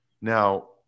Now –